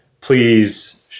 Please